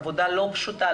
זו עבודה לא פשוטה,